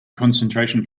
concentration